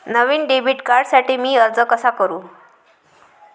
नवीन debit कार्डसाठी मी अर्ज कसा करू?